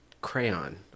Crayon